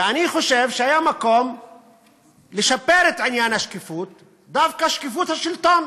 אני חושב שהיה מקום לשפר את עניין השקיפות דווקא בשקיפות השלטון.